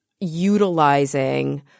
utilizing